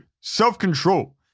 self-control